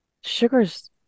sugars